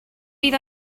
bydd